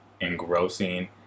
engrossing